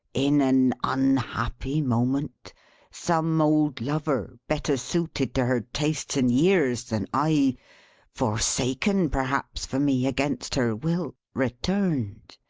in an unhappy moment some old lover, better suited to her tastes and years than i forsaken, perhaps, for me, against her will returned.